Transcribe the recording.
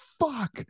fuck